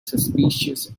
suspicious